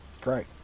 Great